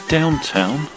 Downtown